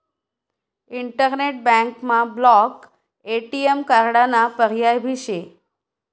internet बँकमा block ATM कार्डाना पर्याय भी शे